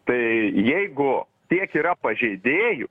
tai jeigu tiek yra pažeidėjų